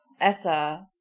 Essa